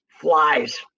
flies